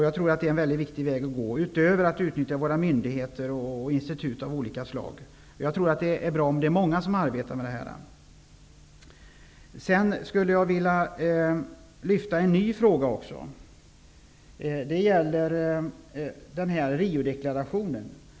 Jag tror att det är en väldigt viktig väg att gå, utöver att utnyttja våra myndigheter och institut av olika slag. Jag tror att det är bra om många arbetar med detta. Sedan skulle jag vilja lyfta fram en ny fråga. Det gäller Riodeklarationen.